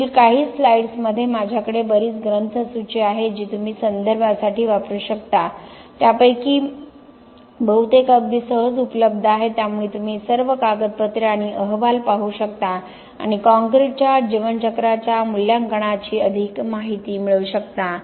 पुढील काही स्लाइड्समध्ये माझ्याकडे बरीच ग्रंथसूची आहे जी तुम्ही संदर्भांसाठी वापरू शकता त्यापैकी बहुतेक अगदी सहज उपलब्ध आहेत त्यामुळे तुम्ही हे सर्व कागदपत्रे आणि अहवाल पाहू शकता आणि कॉंक्रिटच्या जीवन चक्राच्या मूल्यांकनाची अधिक माहिती मिळवू शकता